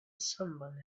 someone